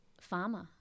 farmer